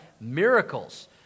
Miracles